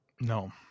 No